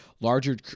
Larger